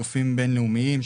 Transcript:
גופים בין-לאומיים,